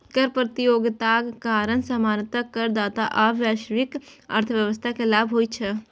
कर प्रतियोगिताक कारण सामान्यतः करदाता आ वैश्विक अर्थव्यवस्था कें लाभ होइ छै